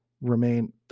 remain